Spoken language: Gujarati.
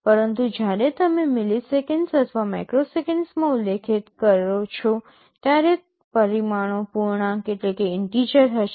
પરંતુ જ્યારે તમે મિલિસેકન્ડ્સ અથવા માઇક્રોસેકન્ડ્સમાં ઉલ્લેખિત કરો છો ત્યારે પરિમાણો પૂર્ણાંક હશે